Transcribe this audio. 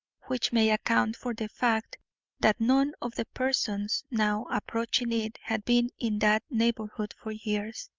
which may account for the fact that none of the persons now approaching it had been in that neighbourhood for years,